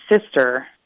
sister